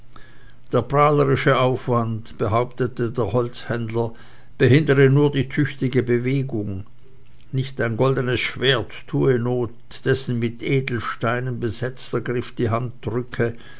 der prahlerische aufwand behauptete der holzhändler behindere nur die tüchtige bewegung nicht ein goldenes schwert tue not dessen mit edelsteinen besetzter griff die hand drücke